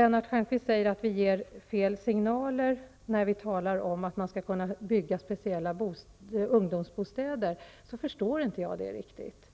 Lars Stjernkvist säger att vi ger fel signaler när vi talar om att man skall kunna bygga speciella ungdomsbostäder. Det förstår jag inte riktigt.